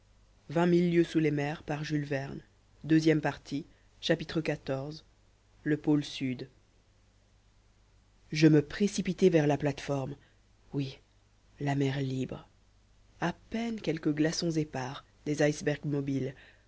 xiv le pôle sud je me précipitai vers la plate-forme oui la mer libre a peine quelques glaçons épars des icebergs mobiles